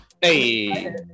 hey